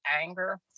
anger